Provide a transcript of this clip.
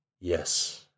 Yes